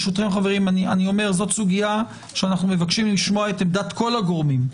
זו סוגיה שאנו מבקשים לשמוע את עמדת כל הגורמים.